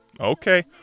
Okay